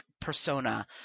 persona